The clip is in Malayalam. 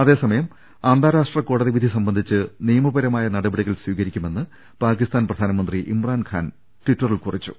അതേസമയം അന്താരാഷ്ട്ര കോടതി വിധി സ്ട്ബന്ധിച്ച് നിയമ പരമായ നടപടികൾ സ്വീകരിക്കുമെന്ന് പാക്കിസ്ഥാൻ പ്രധാനമന്ത്രി ഇമ്രാൻഖാൻ ടിറ്ററിൽ കുറിച്ചു